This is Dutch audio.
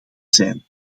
zijn